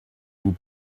vous